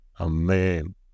Amen